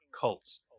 cults